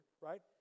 right